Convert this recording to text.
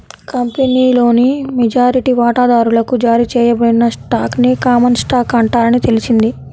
కంపెనీలోని మెజారిటీ వాటాదారులకు జారీ చేయబడిన స్టాక్ ని కామన్ స్టాక్ అంటారని తెలిసింది